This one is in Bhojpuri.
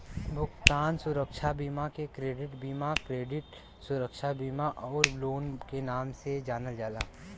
भुगतान सुरक्षा बीमा के क्रेडिट बीमा, क्रेडिट सुरक्षा बीमा आउर लोन के नाम से जानल जाला